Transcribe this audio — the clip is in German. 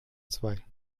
zwei